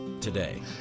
today